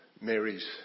Mary's